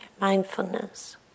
mindfulness